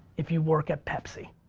if you work at pepsi.